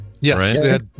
Yes